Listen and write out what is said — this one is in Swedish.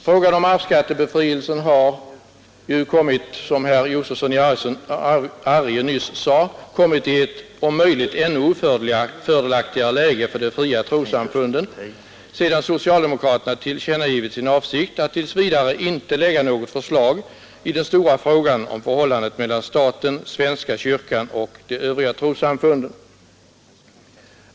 Frågan om arvsskattebefrielse har ju nu som herr Josefson i Arrie nyss sade, kommit i ett om möjligt ännu ofördelaktigare läge för de fria trossamfunden sedan socialdemokraterna tillkännagivit sin avsikt att tills vidare inte lägga fram något förslag i den stora frågan om förhållandet mellan staten, svenska kyrkan och de övriga trossamfunden.